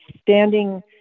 standing